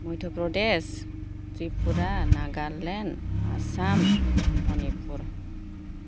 Madhya Pradesh Tripura Nagaland Assam Manipur